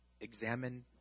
Examine